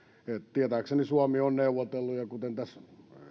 tietääkseni suomi on neuvotellut ja kuten tässä